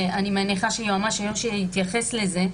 אני מניחה שיועמ"ש איו"ש יתייחס לזה,